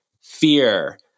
fear